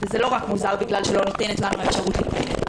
זה לא רק מוזר בגלל שלא ניתנת לנו האפשרות להתמודד.